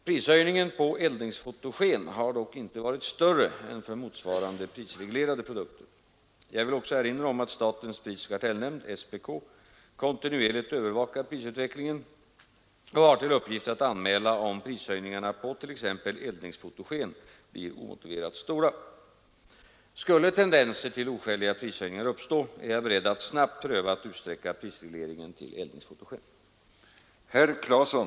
Prisökningen på eldningsfotogen har dock inte varit större än för motsvarande prisreglerade produkter. Jag vill också erinra om att statens prisoch kartellnämnd kontinuerligt övervakar prisutvecklingen och har till uppgift att anmäla om prishöjningarna på t.ex. eldningsfotogen blir omotiverat stora. Skulle tendenser till oskäliga prishöjningar uppstå är jag beredd att snabbt pröva att utsträcka prisregleringen till eldningsfotogen.